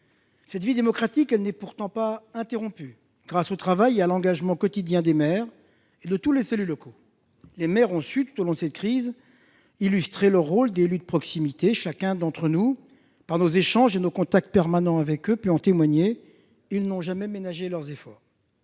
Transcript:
Cette vie démocratique ne s'est pourtant pas interrompue, grâce au travail et à l'engagement quotidiens des maires et de tous les élus locaux. Les maires ont su, tout au long de cette crise, illustrer leur rôle d'élus de proximité. Chacun d'entre nous, par nos échanges et nos contacts permanents avec eux, peut en témoigner : ils n'ont jamais ménagé leurs efforts.